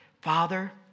Father